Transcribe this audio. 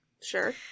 Sure